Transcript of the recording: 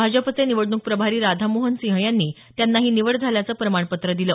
भाजपचे निवडणूक प्रभारी राधामोहन सिंह यांनी त्यांना ही निवड झाल्याचं प्रमाणपत्र दिलं